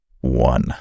one